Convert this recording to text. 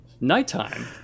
Nighttime